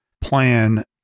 plan